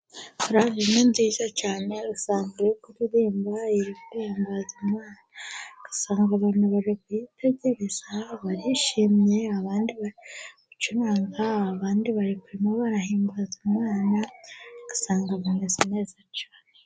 Korari ni nziza cyane, usanga iri kuririmba ihimbaza Imana. Ugasanga abantu babyitegereza, barishimye abandi bacuranga, abandi barimo barahimbaza Imana. Ugasanga bameze neza cyane.